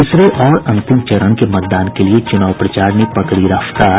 तीसरे और अंतिम चरण के मतदान के लिये चूनाव प्रचार ने पकड़ी रफ्तार